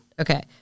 Okay